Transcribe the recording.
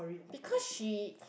because she